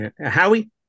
Howie